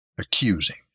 accusing